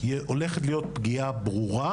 הולכת להיות פגיעה ברורה